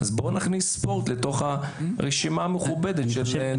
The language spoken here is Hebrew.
אז בואו נכניס ספורט לתוך הרשימה המכובדת נושא מכובד.